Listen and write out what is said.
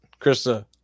Krista